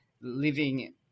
living